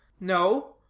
no,